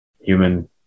human